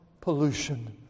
pollution